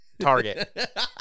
Target